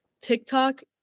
TikTok